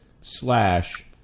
slash